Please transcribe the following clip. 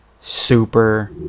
super